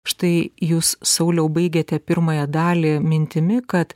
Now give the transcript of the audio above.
štai jūs sauliau baigiate pirmąją dalį mintimi kad